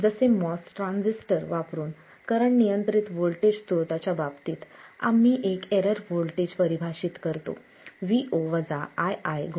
जसे MOS transistor वापरुन current नियंत्रित व्होल्टेज स्त्रोताच्या बाबतीत आम्ही एक एरर व्होल्टेज परिभाषित करतो Vo ii Rm